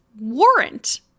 warrant